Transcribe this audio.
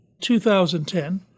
2010